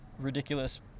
ridiculous